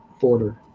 border